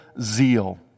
zeal